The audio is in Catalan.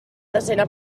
desena